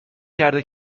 کرده